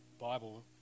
Bible